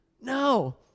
No